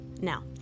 Now